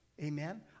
amen